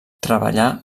treballà